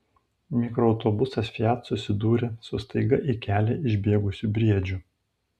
mikroautobusas fiat susidūrė su staiga į kelią išbėgusiu briedžiu